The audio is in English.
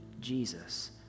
Jesus